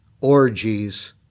orgies